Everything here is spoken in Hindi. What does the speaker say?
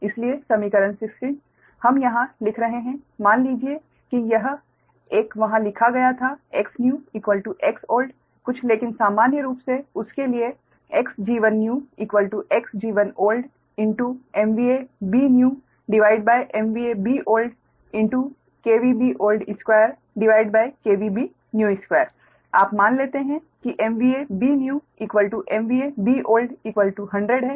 इसलिए समीकरण 16 हम यहां लिख रहे हैं मान लीजिए कि यह एक वहाँ लिखा गया था Xnew Xold कुछ लेकिन सामान्य रूप से उस के लिए Xg1newXg1oldMVABnew MVABold KVBold2 KVBnew2 आप मान लेते हैं कि BnewBold100 है